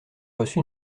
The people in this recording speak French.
reçu